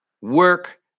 Work